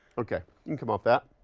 okay. you can come off that.